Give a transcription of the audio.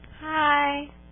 Hi